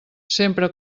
sempre